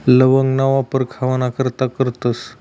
लवंगना वापर खावाना करता करतस